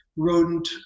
rodent